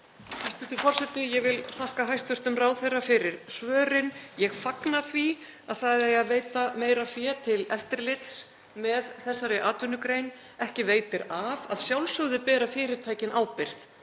Hæstv. forseti. Ég vil þakka hæstv. ráðherra fyrir svörin. Ég fagna því að það eigi að veita meira fé til eftirlits með þessari atvinnugrein. Ekki veitir af. Að sjálfsögðu bera fyrirtækin ábyrgð,